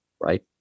right